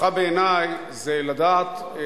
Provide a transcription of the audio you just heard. הסכם מוקדם בוועדת הכנסת,